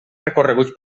recorreguts